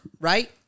right